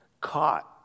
caught